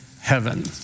heaven